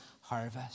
harvest